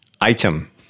Item